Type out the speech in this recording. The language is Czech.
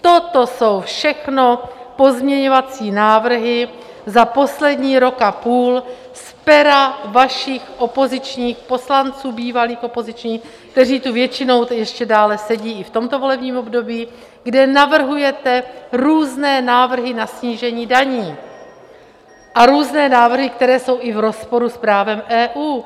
Toto jsou všechno pozměňovací návrhy za poslední rok a půl z pera vašich opozičních poslanců, bývalých opozičních, kteří tu většinou ještě dále sedí i v tomto volebním období, kde navrhujete různé návrhy na snížení daní a různé návrhy, které jsou i v rozporu s právem EU.